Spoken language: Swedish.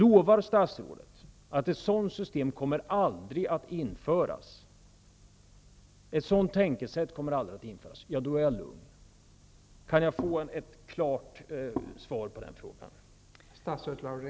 Om statsrådet lovar att ett sådant system eller ett sådant tänkesätt aldrig kommer att införas blir jag lugn. Kan jag få ett klart svar på den frågan?